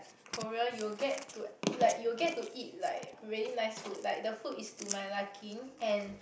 Korea you will get to like you will get to eat like really nice food like the food is to my liking and